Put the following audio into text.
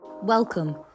Welcome